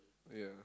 ya